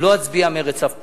לא אצביע מרצ אף פעם,